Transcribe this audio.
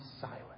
silent